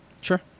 Sure